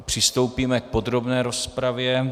Přistoupíme k podrobné rozpravě.